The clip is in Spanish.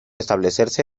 establecerse